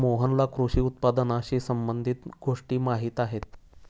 मोहनला कृषी उत्पादनाशी संबंधित गोष्टी माहीत आहेत